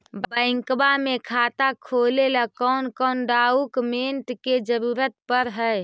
Bank में खाता खोले ल कौन कौन डाउकमेंट के जरूरत पड़ है?